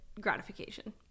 gratification